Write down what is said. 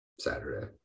Saturday